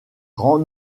grand